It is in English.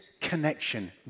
connection